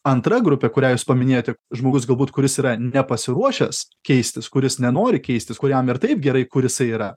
antra grupė kurią jūs paminėjote žmogus galbūt kuris yra nepasiruošęs keistis kuris nenori keistis kuriam ir taip gerai kur jisai yra